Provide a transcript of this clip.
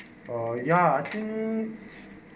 oh ya I think